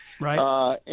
Right